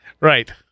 Right